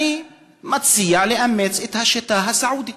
אני מציע לאמץ את השיטה הסעודית.